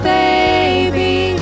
baby